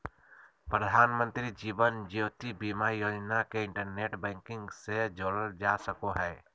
प्रधानमंत्री जीवन ज्योति बीमा योजना के इंटरनेट बैंकिंग से जोड़ल जा सको हय